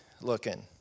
looking